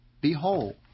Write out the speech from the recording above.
Behold